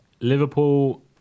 Liverpool